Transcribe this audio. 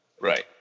Right